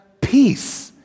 peace